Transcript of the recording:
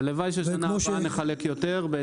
הלוואי שבשנה הבאה נחלק יותר.